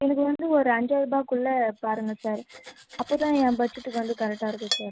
எனக்கு வந்து ஒரு அஞ்சாயருபாக்குள்ள பாருங்கள் சார் அப்போ தான் என் பட்ஜெட்டுக்கு வந்து கரெக்டாக இருக்கும் சார்